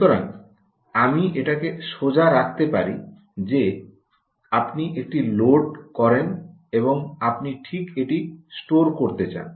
সুতরাং আমি এটাকে সোজা রাখতে পারি যে আপনি একটি লোড করেন এবং আপনি ঠিক এটি স্টোর করতে চান